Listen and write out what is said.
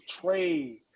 trade